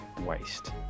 waste